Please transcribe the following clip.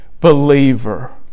believer